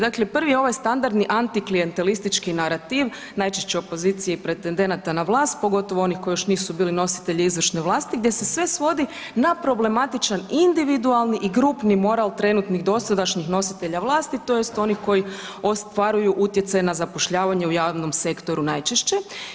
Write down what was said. Dakle, prvi je ovaj standardni antiklijentelistički narativ najčešće opoziciji pretendenata na vlast pogotovo onih koji još nisu bili nositelji izvršne vlasti gdje se sve svodi na problematičan individualni i grupni moral trenutnih dosadašnjih nositelja vlasti tj. onih koji ostvaruju utjecaj na zapošljavanje u javnom sektoru najčešće.